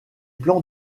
plans